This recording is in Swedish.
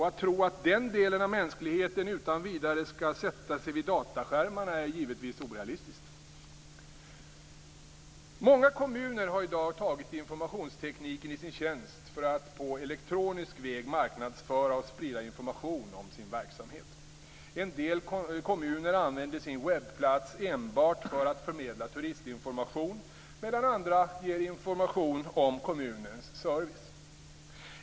Att tro att den delen av mänskligheten utan vidare skall sätta sig vid dataskärmar är givetvis orealistiskt. Många kommuner har i dag tagit informationstekniken i sin tjänst för att på elektronisk väg marknadsföra och sprida information om sin verksamhet. En del kommuner använder sin webbplats enbart för att förmedla turistinformation, medan andra ger information om kommunens service.